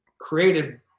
created